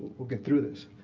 we'll get through this.